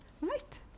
right